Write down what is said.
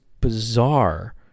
bizarre